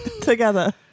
together